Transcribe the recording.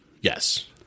Yes